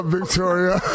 Victoria